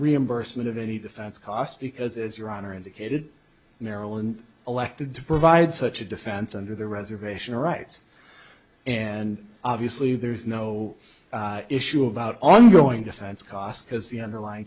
reimbursement of any defense costs because as your honor indicated maryland elected to provide such a defense under the reservation rights and obviously there's no issue about ongoing defense costs because the underlying